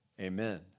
Amen